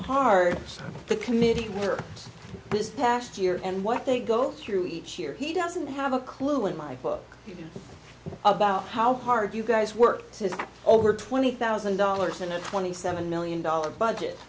hard the committee work this past year and what they go through each year he doesn't have a clue in my book about how hard you guys work to over twenty thousand dollars in a twenty seven million dollars budget